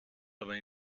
aber